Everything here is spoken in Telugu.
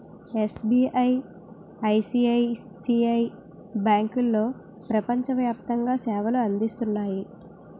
ఎస్.బి.ఐ, ఐ.సి.ఐ.సి.ఐ బ్యాంకులో ప్రపంచ వ్యాప్తంగా సేవలు అందిస్తున్నాయి